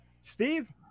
Steve